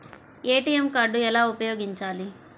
ATM card ఎలా ఉపయోగించాలి?